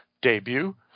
debut